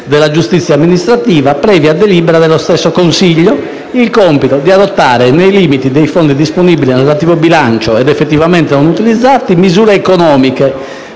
della giustizia amministrativa, previa delibera dello stesso consiglio, il compito di adottare, nei limiti dei fondi disponibili nel relativo bilancio ed effettivamente non utilizzati, misure economiche